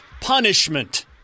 punishment